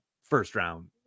first-round